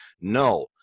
no